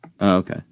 okay